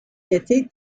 était